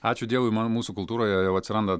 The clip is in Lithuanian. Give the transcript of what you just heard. ačiū dievui man mūsų kultūroje jau atsiranda